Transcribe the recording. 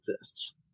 exists